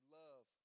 love